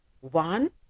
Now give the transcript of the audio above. one